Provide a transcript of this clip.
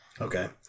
Okay